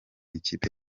ikipe